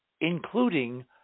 including